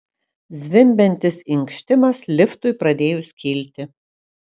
zvimbiantis inkštimas liftui pradėjus kilti